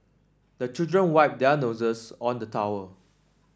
the children wipe their noses on the towel